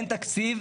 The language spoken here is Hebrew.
אין תקציב,